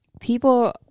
people